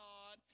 God